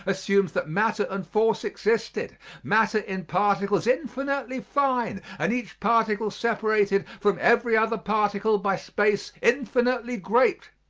assumes that matter and force existed matter in particles infinitely fine and each particle separated from every other particle by space infinitely great.